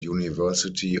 university